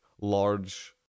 large